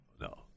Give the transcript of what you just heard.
no